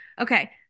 okay